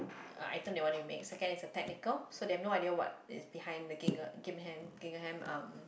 item they want to make second is technical so they have no idea what is behind the Gingha~ Gingham~ Gingaham um